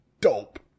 dope